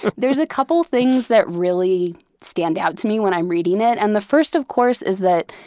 but there's a couple things that really stand out to me when i'm reading it. and the first of course is that,